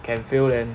can fail then